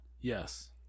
yes